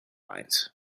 vines